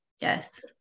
Yes